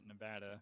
Nevada